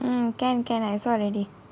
can can I saw already